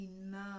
enough